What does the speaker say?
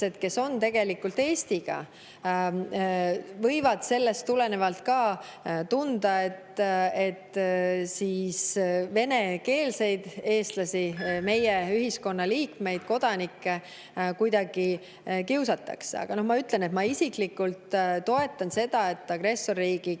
kes on tegelikult Eestiga, võivad sellest tulenevalt tunda, et venekeelseid eestlasi, meie ühiskonna liikmeid, kodanikke kuidagi kiusatakse. Aga ma ütlen, et ma isiklikult toetan seda, et agressorriigi kodanikud